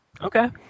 Okay